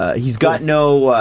ah he's got no,